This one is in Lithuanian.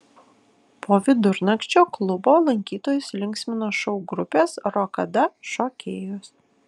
po vidurnakčio klubo lankytojus linksmino šou grupės rokada šokėjos